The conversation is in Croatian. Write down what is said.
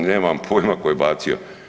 Nemam pojma tko je bacio.